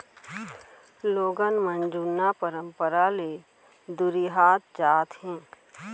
लोगन मन जुन्ना परंपरा ले दुरिहात जात हें